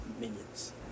Minions